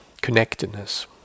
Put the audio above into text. connectedness